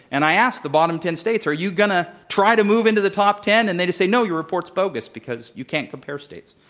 and i ask the bottom ten states, are you going to try to move into the top ten? and they just say, no, your report's bogus because you can't compare states.